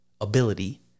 ability